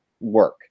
work